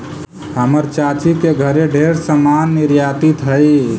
हमर चाची के घरे ढेर समान निर्यातित हई